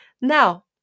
Now